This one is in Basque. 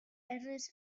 erraz